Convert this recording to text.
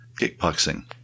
kickboxing